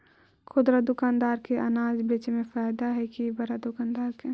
खुदरा दुकानदार के अनाज बेचे में फायदा हैं कि बड़ा दुकानदार के?